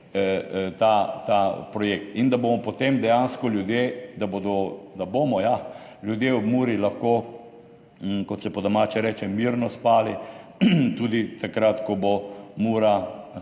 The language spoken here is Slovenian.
ta projekt, da bomo potem dejansko ljudje, da bodo ljudje ob Muri lahko, kot se po domače reče, mirno spali tudi takrat, ko bo Mura,